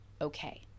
okay